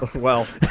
well.